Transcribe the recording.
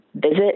visit